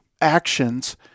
actions